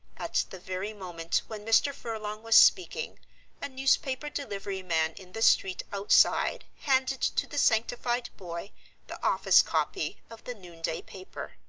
at the very moment when mr. furlong was speaking a newspaper delivery man in the street outside handed to the sanctified boy the office copy of the noonday paper.